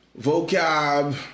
vocab